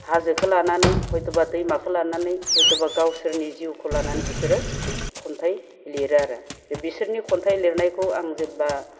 हाजोखो लानानै हयथ'बा दैमाखो लानानै हयथ'बा गावसोरनि जिउखौ लानानै बिसोरो खन्थाइ लिरो आरो जे बिसोरनि खन्थाइ लिरनायखौ आं जेब्ला